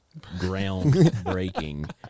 groundbreaking